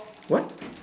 what